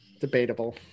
Debatable